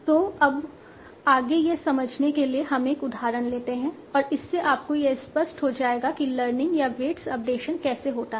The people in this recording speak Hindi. तो अब आगे यह समझने के लिए कि हम एक उदाहरण लेते हैं और इससे आपको यह स्पष्ट हो जाएगा कि लर्निंग या वेट्स अपडेशन कैसे होता है